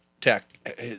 tech